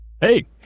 Hey